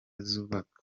zubaka